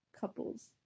couples